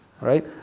right